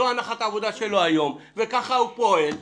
לך שזו הנחת העבודה שלו היום ושכך הוא פועל,